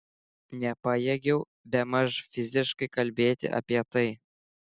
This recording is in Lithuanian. nepajėgiau bemaž fiziškai kalbėti apie tai